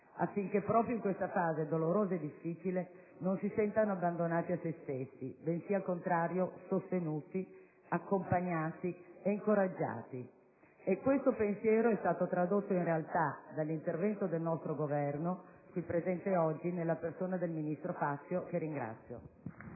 affinché proprio in questa fase dolorosa e difficile non si sentano abbandonati a sé stessi, bensì al contrario sostenuti, accompagnati e incoraggiati, e questo pensiero è stato tradotto in realtà dall'intervento del nostro Governo, presente oggi nella persona del ministro Fazio, che ringrazio.